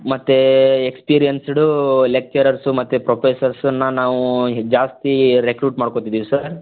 ಮತ್ತು experienced lecturers ಮತ್ತು ಪ್ರೊಫೆಸರ್ಸನ್ನು ನಾವು ಹೆ ಜಾಸ್ತಿ ರೆಕ್ರುಟ್ ಮಾಡ್ಕೊತಿದೀವಿ ಸರ್